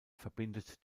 verbindet